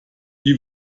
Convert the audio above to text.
wie